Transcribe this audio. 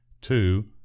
Two